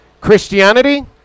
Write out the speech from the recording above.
Christianity